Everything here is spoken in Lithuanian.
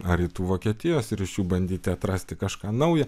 ar rytų vokietijos ir iš jų bandyti atrasti kažką nauja